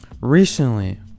Recently